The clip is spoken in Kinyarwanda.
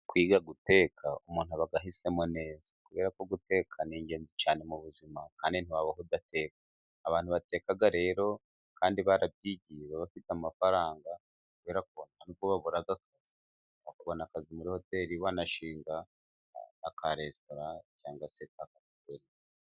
Kwiga guteka umuntu aba ahisemo neza. Kubera ko guteka ni ingenzi cyane mu buzima, kandi ntiwabaho udateka. Abantu bateka rero kandi barabyigiye, baba bafite amafaranga kubera batabura akazi muri hoteri, banashinga akaresitora cyangwa se .